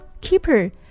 keeper